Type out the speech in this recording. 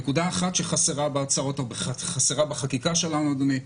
נקודה אחת שחסרה בחקיקה שלנו, אדוני,